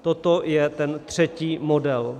Toto je ten třetí model.